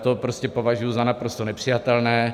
To prostě považuji za naprosto nepřijatelné.